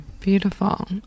Beautiful